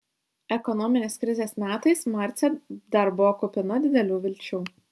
ekonominės krizės metais marcė dar buvo kupina didelių vilčių